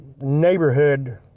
neighborhood